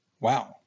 Wow